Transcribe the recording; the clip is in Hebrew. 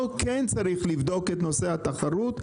פה כן צריך לבדוק את נושא התחרות,